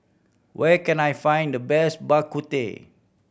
where can I find the best Bak Kut Teh